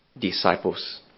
disciples